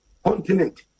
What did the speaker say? Continent